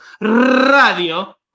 radio